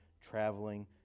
traveling